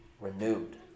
renewed